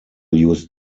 use